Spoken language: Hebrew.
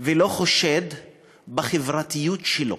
ולא חושד בחברתיות שלו